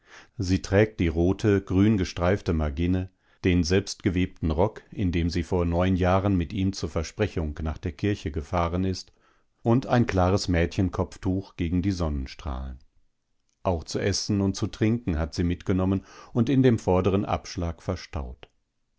sie trägt die rote grüngestreifte marginne den selbstgewebten rock in dem sie vor neun jahren mit ihm zur versprechung nach der kirche gefahren ist und ein klares mädchenkopftuch gegen die sonnenstrahlen auch zu essen und zu trinken hat sie mitgenommen und in dem vorderen abschlag verstaut